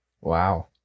Wow